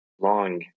long